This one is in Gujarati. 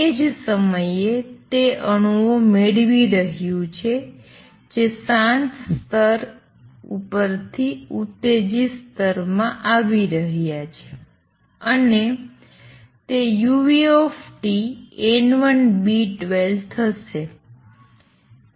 તે જ સમયે તે અણુઓ મેળવી રહ્યું છે જે શાંત સ્તર ઉપર થી ઉત્તેજિત સ્તર માં આવી રહ્યા છે અને તે uTN1B12 થશે